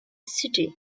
city